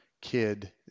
kid